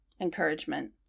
encouragement